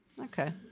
okay